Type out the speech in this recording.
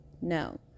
no